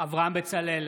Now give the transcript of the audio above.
אברהם בצלאל,